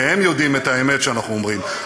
כי הם יודעים את האמת שאנחנו אומרים.